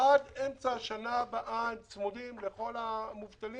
עד אמצע השנה הבאה הם צמודים לכל המובטלים